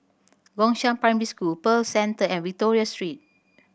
Gongshang Primary School Pearl Centre and Victoria Street